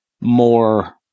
more